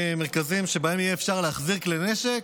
מרכזים שבהם אפשר יהיה להחזיר כלי נשק.